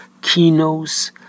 Kinos